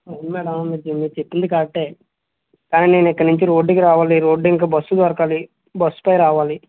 అవును మేడం మీరు చెప్పింది కరెక్టే కానీ నేను ఇక్కడ్నించి రోడ్కి రావాలి రోడ్ ఇంకా బస్సు దొరకాలి బస్సు పై రావాలి